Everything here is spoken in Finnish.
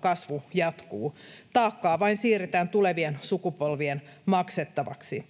kasvu jatkuu. Taakkaa vain siirretään tulevien sukupolvien maksettavaksi.”